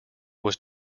was